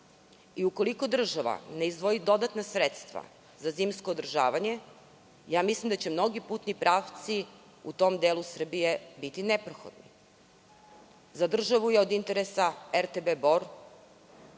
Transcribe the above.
Ukoliko država ne izdvoji dodatna sredstva za zimsko održavanje, mislim da će mnogi putni pravci u tom delu Srbije biti neprohodni.Za državu je od interesa RTB Bor.